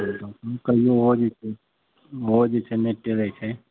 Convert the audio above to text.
कनियोँ ओहो जे छै ओहो जे छै नहि टेरै छै